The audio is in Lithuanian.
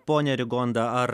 ponia rigonda ar